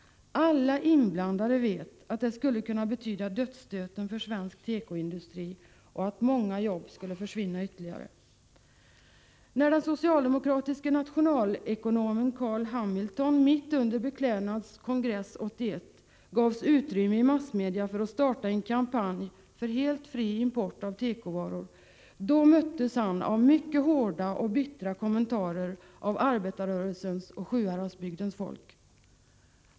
Alla inblandade vet att det skulle kunna betyda dödsstöten för svensk tekoindustri och att ytterligare många jobb skulle försvinna. När den socialdemokratiska nationalekonomen Carl Hamilton mitt under Beklädnads kongress 1981 gavs utrymme i massmedia för att starta en kampanj för helt fri import av tekovaror, möttes han av mycket hårda och bittra kommentarer av arbetarrörelsens och Sjuhäradsbygdens folk.